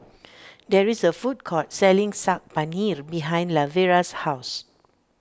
there is a food court selling Saag Paneer behind Lavera's house